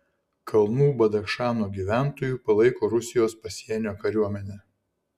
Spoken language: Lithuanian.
kalnų badachšano gyventojų palaiko rusijos pasienio kariuomenę